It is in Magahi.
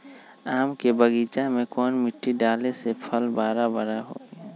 आम के बगीचा में कौन मिट्टी डाले से फल बारा बारा होई?